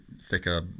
thicker